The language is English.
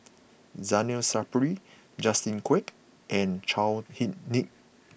Zainal Sapari Justin Quek and Chao Hick Tin